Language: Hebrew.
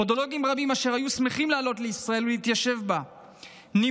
פודולוגים רבים אשר היו שמחים לעלות לישראל ולהתיישב בה נמנעים